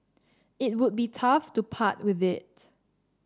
it would be tough to part with it